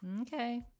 Okay